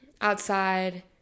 outside